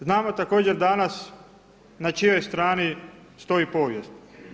Znamo također danas na čijoj strani stoji povijest.